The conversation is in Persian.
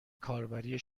کاربری